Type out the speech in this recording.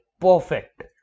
perfect